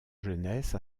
jeunesse